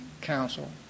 counsel